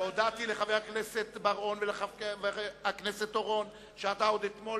והודעתי לחבר הכנסת בר-און ולחבר הכנסת אורון שעוד אתמול